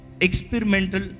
Experimental